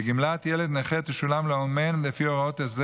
וגמלת ילד נכה תשולם לאומן לפי הוראות ההסדר